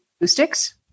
acoustics